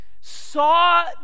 saw